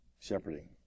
shepherding